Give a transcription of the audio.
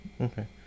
Okay